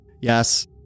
Yes